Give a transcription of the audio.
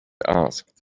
asked